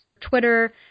Twitter